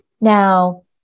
Now